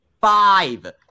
five